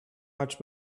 much